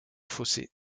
fossé